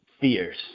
Fierce